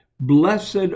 Blessed